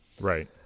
Right